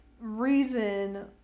reason